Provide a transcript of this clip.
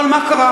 אבל מה קרה?